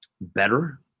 better